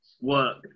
work